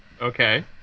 Okay